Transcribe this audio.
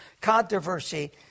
controversy